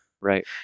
Right